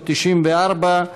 594,